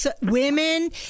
Women